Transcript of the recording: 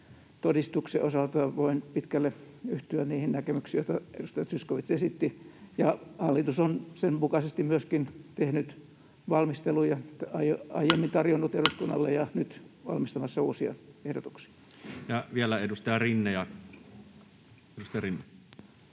todistuksen osalta voin pitkälle yhtyä niihin näkemyksiin, joita edustaja Zyskowicz esitti, ja hallitus on sen mukaisesti myöskin tehnyt valmisteluja, aiemmin tarjonnut eduskunnalle ja nyt valmistamassa uusia ehdotuksia. [Speech 16]